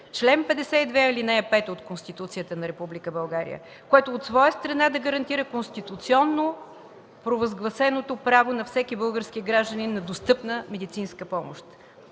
чл. 52, ал. 5 от Конституцията на Република България, което от своя страна да гарантира конституционно провъзгласеното право на всеки български гражданин на достъпна медицинска помощ.